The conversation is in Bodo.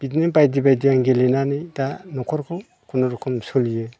बिदिनो बायदि बायदि आं गेलेनानै दा न'खरखौ खुनुरुखुम सोलियो